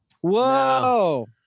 Whoa